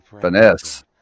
finesse